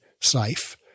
safe